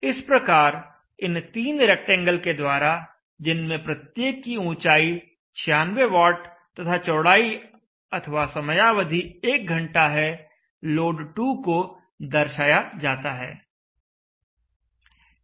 इस प्रकार इन तीन रेक्टेंगल के द्वारा जिनमें प्रत्येक की ऊंचाई 96 वाट तथा चौड़ाई अथवा समयावधि एक घंटा है लोड 2 को दर्शाया जाता है